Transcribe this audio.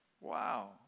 Wow